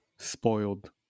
spoiled